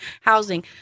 Housing